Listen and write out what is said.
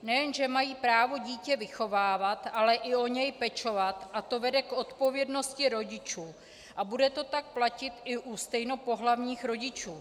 Nejen že mají právo dítě vychovávat, ale i o něj pečovat a to vede k odpovědnosti rodičů a bude to tak platit i u stejnopohlavních rodičů.